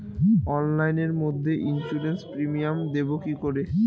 অনলাইনে মধ্যে insurance premium দেবো কি করে?